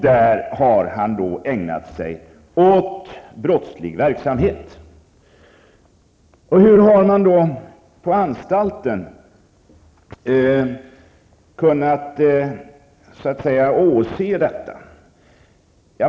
Där har han ägnat sig åt brottslig verksamhet. Hur har man på anstalten kunnat åse detta?